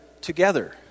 together